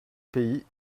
pays